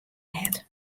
net